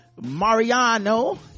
Mariano